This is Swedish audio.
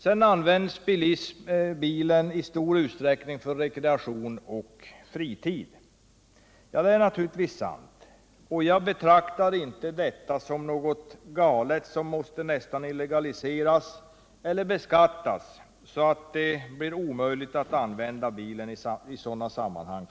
Vidare används bilen i stor utsträckning för rekreation och fritid, sägs det. Det är naturligtvis sant, men jag betraktar inte detta som något galet som nästan måste illegaliseras eller beskattas så att det blir omöjligt för vanligt folk att använda bilen i sådana sammanhang.